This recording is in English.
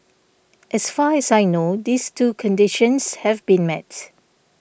as far as I know these two conditions have been met